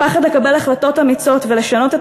הפחד לקבל החלטות אמיצות ולשנות את